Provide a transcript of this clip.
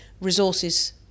resources